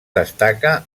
destaca